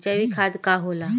जैवीक खाद का होला?